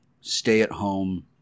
stay-at-home